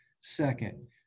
second